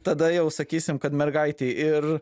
tada jau sakysim kad mergaitei ir